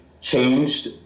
changed